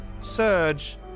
surge